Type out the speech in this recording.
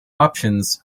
options